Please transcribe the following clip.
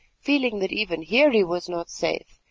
feeling that even here he was not safe,